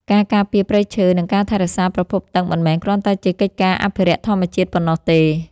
ការការពារព្រៃឈើ និងការថែរក្សាប្រភពទឹកមិនមែនគ្រាន់តែជាកិច្ចការអភិរក្សធម្មជាតិប៉ុណ្ណោះទេ។